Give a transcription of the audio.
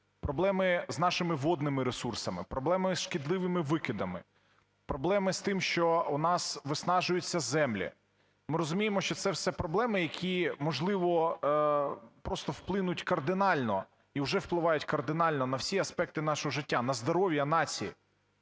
проблеми з нашими водними ресурсами, проблеми зі шкідливими викидами, проблеми з тим, що у нас виснажуються землі. Ми розуміємо, що це все проблеми, які, можливо, просто вплинуть кардинально і вже впливають кардинально на всі аспекти нашого життя, на здоров'я нації.